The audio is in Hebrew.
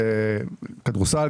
כדורסל,